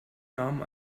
namen